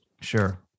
Sure